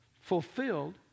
fulfilled